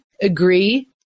agree